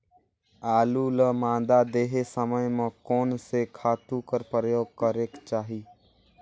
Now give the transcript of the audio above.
आलू ल मादा देहे समय म कोन से खातु कर प्रयोग करेके चाही?